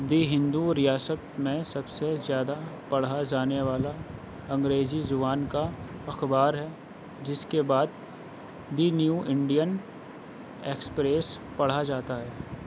جی ہندو ریاست میں سب سے زیادہ پڑھا جانے والا انگریزی زبان کا اخبار ہے جس کے بعد دی نیو انڈین ایکسپریس پڑھا جاتا ہے